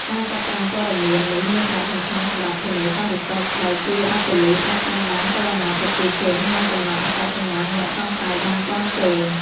ការកត់ត្រាព័ត៌មាននេះមានសារៈសំខាន់សម្រាប់ ធានាសន្តិសុខ ដោយជួយឱ្យប៉ូលីសអាចតាមដានចលនាប្រជាជន និងកំណត់អត្តសញ្ញាណអ្នកសង្ស័យបានទាន់ពេល។